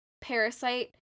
Parasite